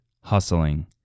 hustling